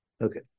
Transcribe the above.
Okay